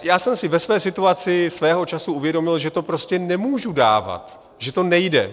Já jsem si ve své situaci svého času uvědomil, že to prostě nemůžu dávat, že to nejde.